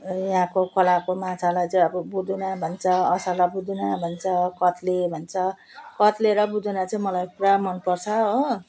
यहाँको खोलाको माछालाई चाहिँ अब बुदुना भन्छ असला बुदुना भन्छ कत्ले भन्छ कत्ले र बुदुना चाहिँ मलाई पुरा मनपर्छ हो